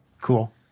Cool